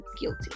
guilty